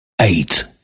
eight